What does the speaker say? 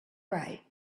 right